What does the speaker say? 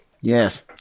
Yes